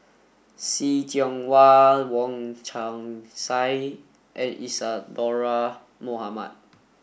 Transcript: See Tiong Wah Wong Chong Sai and Isadhora Mohamed